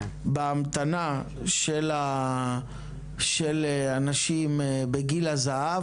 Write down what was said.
בהמתנה של אנשים בגיל הזהב,